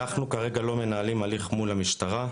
אנחנו כרגע לא מנהלים הליך מול המשטרה.